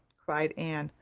cried anne,